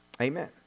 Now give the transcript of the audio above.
Amen